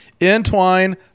Entwine